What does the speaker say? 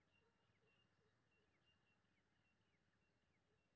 मिरचाई के खेती में कमनी खातिर कुन औजार के प्रयोग करी?